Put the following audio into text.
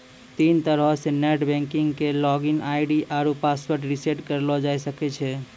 तीन तरहो से नेट बैंकिग के लागिन आई.डी आरु पासवर्ड रिसेट करलो जाय सकै छै